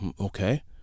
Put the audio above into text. okay